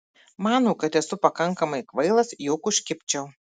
mano kad esu pakankamai kvailas jog užkibčiau